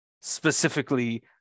specifically